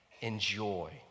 enjoy